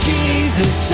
Jesus